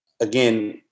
Again